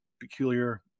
peculiar